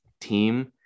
team